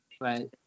right